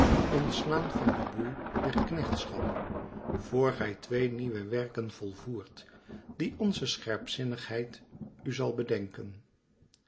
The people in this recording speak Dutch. ontslaan van den boei der knechtschap voor gij twee nieuwe werken volvoert die onze scherpzinnigheid u zal bedenken